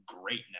greatness